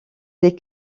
des